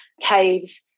caves